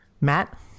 Matt